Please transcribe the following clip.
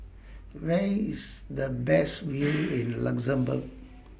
Where IS The Best View in Luxembourg